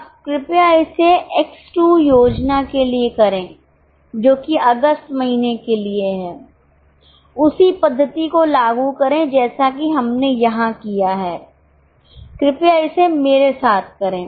अब कृपया इसे X 2 योजना के लिए करें जो कि अगस्त महीने के लिए है उसी पद्धति को लागू करें जैसा कि हमने यहां किया है कृपया इसे मेरे साथ करें